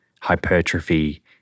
hypertrophy